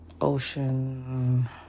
Ocean